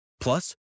Plus